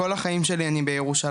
כל החיים שלי אני בירושלים,